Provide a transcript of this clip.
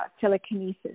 telekinesis